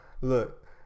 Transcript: Look